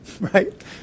right